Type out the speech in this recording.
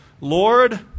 Lord